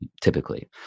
typically